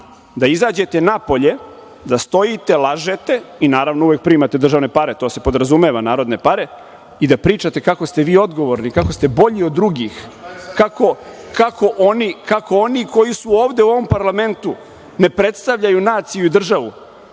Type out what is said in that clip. da izađete napolje da stojite, lažete i naravno uvek primate države pare, to se podrazumeva, narodne pare i da pričate kako ste vi odgovorni, kako ste bolji od drugih, kako oni koji su ovde u ovom parlamentu ne predstavljaju naciju i državu,